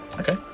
Okay